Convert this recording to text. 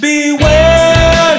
Beware